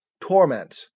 torment